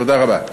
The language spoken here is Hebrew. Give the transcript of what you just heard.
תודה רבה.